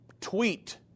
tweet